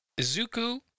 Izuku